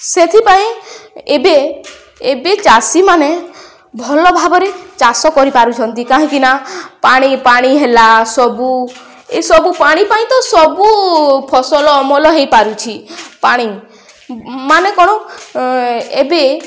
ସେଥିପାଇଁ ଏବେ ଏବେ ଚାଷୀମାନେ ଭଲ ଭାବରେ ଚାଷ କରିପାରୁଛନ୍ତି କାହିଁକି ନା ପାଣି ପାଣି ହେଲା ସବୁ ଏସବୁ ପାଣି ପାଇଁ ତ ସବୁ ଫସଲ ଅମଲ ହୋଇପାରୁଛି ପାଣି ମାନେ କ'ଣ ଏବେ